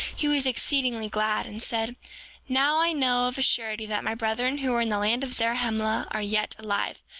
he was exceedingly glad, and said now, i know of a surety that my brethren who were in the land of zarahemla are yet alive.